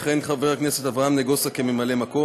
יכהן חבר הכנסת אברהם נגוסה כממלא-מקום,